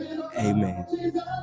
amen